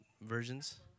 versions